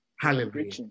Hallelujah